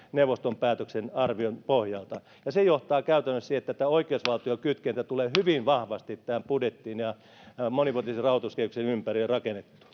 neuvoston arvion pohjalta se johtaa käytännössä siihen että tämä oikeusvaltiokytkentä tulee hyvin vahvasti tähän budjettiin ja monivuotisen rahoituskehyksen ympärille rakennettua